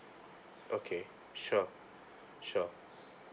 okay sure sure